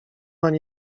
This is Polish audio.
ani